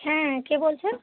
হ্যাঁ কে বলছেন